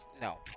no